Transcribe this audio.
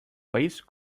país